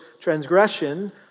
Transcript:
transgression